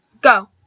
Go